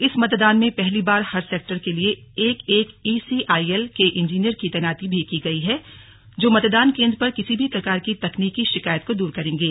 इस मतदान में पहली बार हर सेक्टर के लिये एक एक ईसी आईएल के इंजीनियर की तैनाती भी की गई है जो मतदान केंद्र पर किसी भी प्रकार की तकनीकी शिकायत को दूर करेंगे